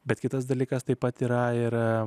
bet kitas dalykas taip pat yra ir